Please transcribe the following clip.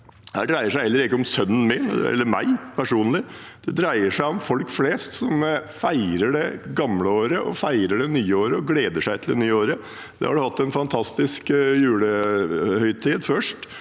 Dette dreier seg heller ikke om sønnen min, eller meg personlig. Det dreier seg om folk flest som feirer det gamle og det nye året, og som gleder seg til det nye året. Man har hatt en fantastisk julehøytid først,